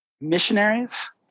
missionaries